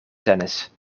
tennis